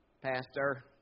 Pastor